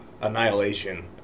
Annihilation